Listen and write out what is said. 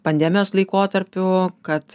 pandemijos laikotarpiu kad